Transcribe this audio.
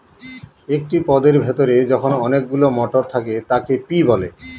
একটি পদের ভেতরে যখন অনেকগুলো মটর থাকে তাকে পি বলে